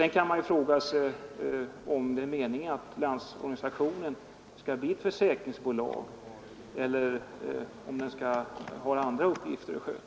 Vidare kan man fråga sig om det är meningen att Landsorganisationen skall bli ett försäkringsbolag eller om den skall ha andra uppgifter att sköta.